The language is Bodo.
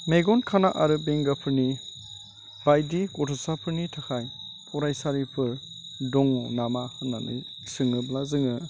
मेगन खाना आरो बेंगाफोरनि बायदि गथ'साफोरनि थाखाय फरायसालिफोर दङ नामा होननानै सोङोब्ला जोङो